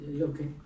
okay